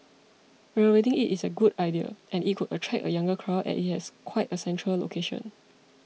renovating it is a good idea and it could attract a younger crowd as it has quite a central location